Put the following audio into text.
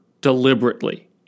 deliberately